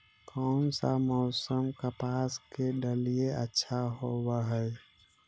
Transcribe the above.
कोन सा मोसम कपास के डालीय अच्छा होबहय?